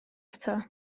eto